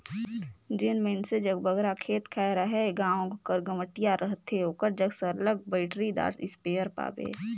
जेन मइनसे जग बगरा खेत खाएर अहे गाँव कर गंवटिया रहथे ओकर जग सरलग बइटरीदार इस्पेयर पाबे